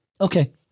Okay